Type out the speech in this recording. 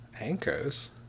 Anchors